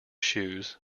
shoes